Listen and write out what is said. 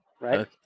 right